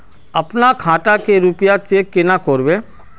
अपना खाता के रुपया चेक केना करबे?